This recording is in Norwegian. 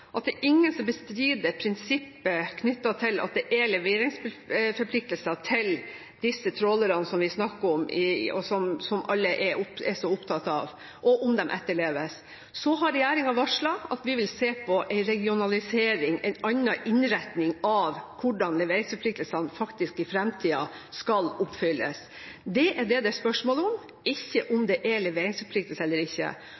at det er ingen som bestrider prinsippet knyttet til om de leveringsforpliktelser for disse trålerne som vi snakker om, og som alle er så opptatt av, etterleves. Så har regjeringen varslet at den vil se på en regionalisering, en annen innretning av hvordan leveringsforpliktelsene i fremtiden faktisk skal oppfylles. Det er det det er spørsmål om, ikke hvorvidt det er leveringsforpliktelser. Og statsministeren har uttalt at det ikke